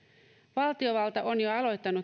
valtiovalta on aloittanut